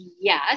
yes